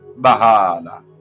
Bahala